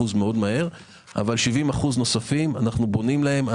מאוד מהר אבל 70% נוספים אנו בונים להם,